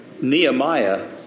Nehemiah